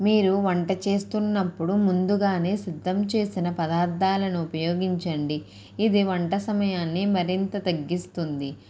మీరు వంట చేస్తున్నప్పుడు ముందుగానే సిద్ధం చేసిన పదార్థాలను ఉపయోగించండి ఇది వంట సమయాన్ని మరింత తగ్గిస్తుంది